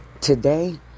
Today